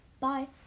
bye